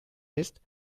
ist